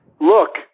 look